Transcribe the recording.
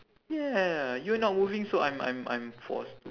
ya you were not moving so I'm I'm I'm forced to